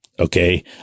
Okay